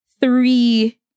three